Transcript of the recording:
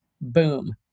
boom